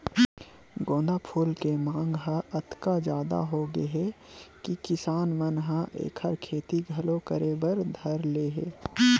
गोंदा फूल के मांग ह अतका जादा होगे हे कि किसान मन ह एखर खेती घलो करे बर धर ले हे